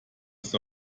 ist